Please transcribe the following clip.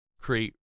create